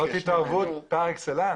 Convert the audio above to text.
זאת התערבות פר אקסלנס.